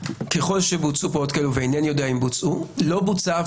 ככל שבוצעו פעולות כאלו ואינני יודע אם בוצעו לא בוצעה אף